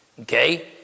okay